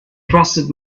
trusted